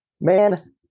Man